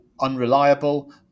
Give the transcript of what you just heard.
unreliable